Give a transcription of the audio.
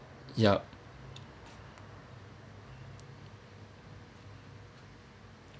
yup